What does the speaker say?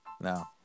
No